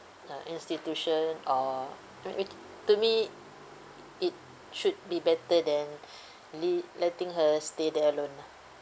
uh institution or to me it should be better than lea~ letting her stay there alone lah